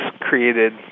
created